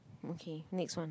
okay next one